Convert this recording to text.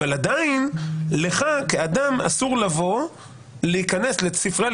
עדיין לך כאדם אסור להיכנס לספרייה,